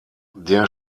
der